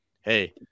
hey